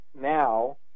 now